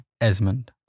Esmond